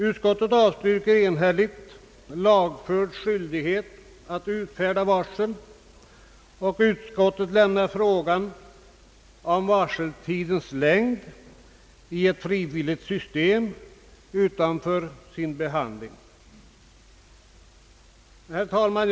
Utskottet avstyrker enhälligt förslaget om lagfäst skyldighet att utfärda varsel, och utskottet lämnar frågan om varseltidens längd i ett frivilligt system utanför sin behandling. Herr talman!